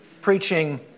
preaching